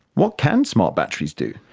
what can smart batteries do?